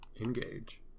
engage